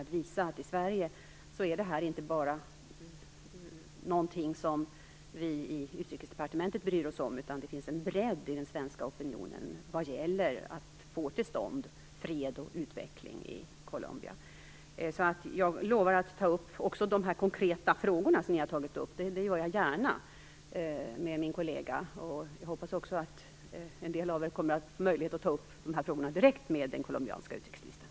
Det visar att i Sverige är detta inte bara någonting som vi i Utrikesdepartementet bryr oss om, utan det finns en bredd i den svenska opinionen vad gäller att få till stånd fred och utveckling i Colombia. Jag lovar att med min kollega ta upp också de konkreta frågor som ni har tagit upp här - det gör jag gärna - och jag hoppas att en del av er kommer att få möjlighet att ta upp dessa frågor direkt med den colombianska utrikesministern.